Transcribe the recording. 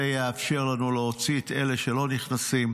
זה יאפשר לנו להוציא את אלה שלא נכנסים,